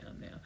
now